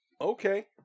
Okay